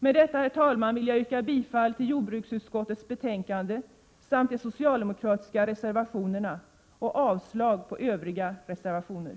Med detta, herr talman, yrkar jag bifall till jordbruksutskottets hemställan 33